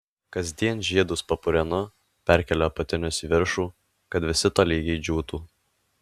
kasdien žiedus papurenu perkeliu apatinius į viršų kad visi tolygiai džiūtų